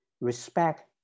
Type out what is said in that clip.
respect